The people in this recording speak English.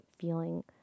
feeling